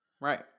right